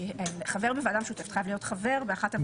כי חבר בוועדה משותפת חייב להיות חבר באחת הוועדות.